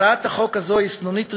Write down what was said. הצעת החוק הזאת היא סנונית ראשונה,